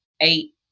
eight